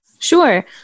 Sure